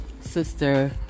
sister